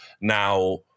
Now